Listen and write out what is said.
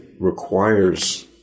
requires